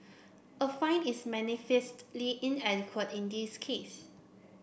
a fine is manifestly inadequate in this case